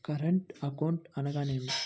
Current account అనగా ఏమిటి?